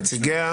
נציגיה,